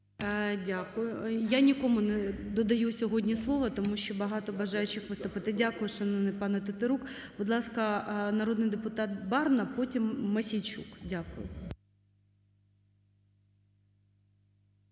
Дякую. Я нікому не додаю сьогодні слово, тому що багато бажаючих виступити. Дякую, шановний пане Тетерук. Будь ласка, народний депутат Барна, потім – Мосійчук. Дякую.